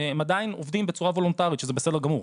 הם עדיין עובדים בצורה וולונטרית, שזה בסדר גמור.